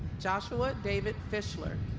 joshua david fishler